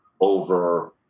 over